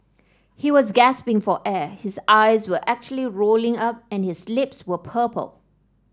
he was gasping for air his eyes were actually rolling up and his lips were purple